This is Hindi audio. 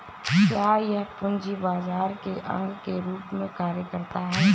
क्या यह पूंजी बाजार के अंग के रूप में कार्य करता है?